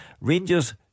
Rangers